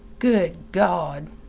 good gawd,